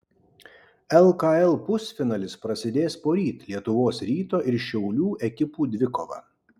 lkl pusfinalis prasidės poryt lietuvos ryto ir šiaulių ekipų dvikova